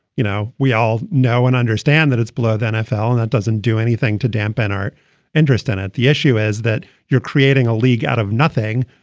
you know, we all know and understand that it's below the nfl and that doesn't do anything to dampen our interest in it. the issue is that you're creating a league out of nothing.